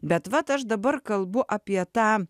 bet vat aš dabar kalbu apie tą